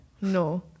No